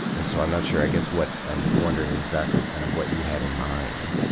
and so, i'm not sure, i guess, what i'm wondering exactly kind of what you had in mind.